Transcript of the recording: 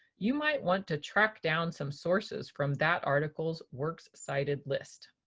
you might want to track down some sources from that article's works cited list.